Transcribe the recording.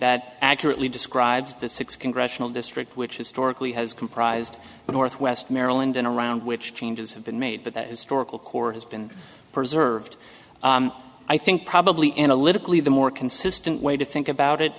that accurately describes the six congressional district which historically has comprised the northwest maryland and around which changes have been made but that historical court has been preserved i think probably analytically the more consistent way to think about it